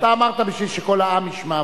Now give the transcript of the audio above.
אתה אמרת בשביל שכל העם ישמע,